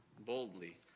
boldly